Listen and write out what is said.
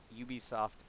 Ubisoft